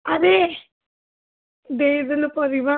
ଆରେ ଦେଇ ଦେଲ ପରିବା